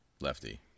Lefty